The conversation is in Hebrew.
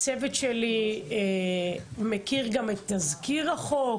הצוות שלי מכיר גם את תזכיר החוק,